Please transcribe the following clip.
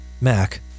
Mac